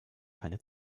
keine